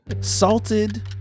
Salted